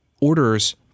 orders